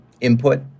input